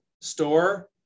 store